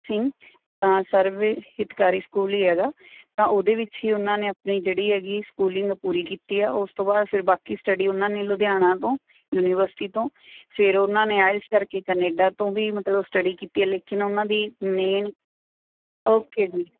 ਸਿੰਘ ਤਾਂ ਸਰਵ ਹਿਤਕਾਰੀ ਸਕੂਲ ਹੀ ਹੈਗਾ ਤਾਂ ਉਹਦੇ ਵਿੱਚ ਹੀ ਉਹਨਾਂ ਨੇ ਆਪਣੀ ਜਿਹੜੀ ਹੈਗੀ ਸਕੂਲਿੰਗ ਪੂਰੀ ਕੀਤੀ ਆ ਉਸ ਤੋਂ ਬਾਅਦ ਫਿਰ ਬਾਕੀ ਸਟੱਡੀ ਉਹਨਾਂ ਨੇ ਲੁਧਿਆਣਾ ਤੋਂ ਯੂਨੀਵਰਸਿਟੀ ਤੋਂ ਫਿਰ ਉਹਨਾਂ ਨੇ ਆਇਲਸ ਕਰਕੇ ਕੈਨੇਡਾ ਤੋਂ ਵੀ ਮਤਲਬ ਸਟੱਡੀ ਕੀਤੀ ਹੈ ਲੇਕਿਨ ਉਹਨਾਂ ਦੀ ਮੇਨ ਓਕੇ ਜੀ